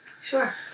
Sure